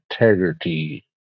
integrity